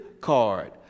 card